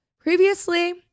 previously